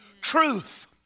Truth